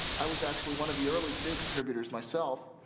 i was actually one of the early gnu contributors myself.